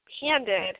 handed